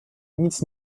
nic